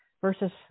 versus